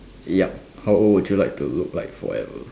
yup how old would you like to look forever